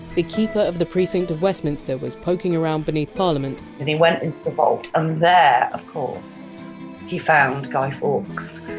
the keeper of the precinct of westminster was poking around beneath parliament and he went into the vault and there of course he found guy fawkes,